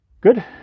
Good